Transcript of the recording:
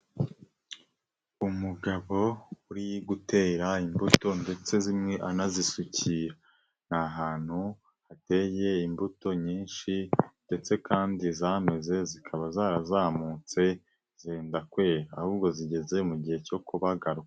Umugabo uri gutera imbuto ndetse zimwe anazisukira, ni ahantu hateye imbuto nyinshi ndetse kandi zameze zikaba zarazamutse zirenda kwera ahubwo zigeze mu gihe cyo kubagarwa.